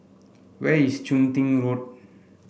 where is Chun Tin Road